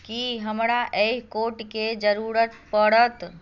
की हमरा एहि कोटके जरूरत पड़त